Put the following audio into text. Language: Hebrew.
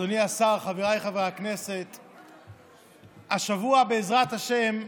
אדוני השר, חבריי חברי הכנסת, השבוע, בעזרת השם,